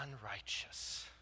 unrighteous